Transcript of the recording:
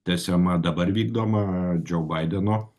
tęsiama dabar vykdoma džou baideno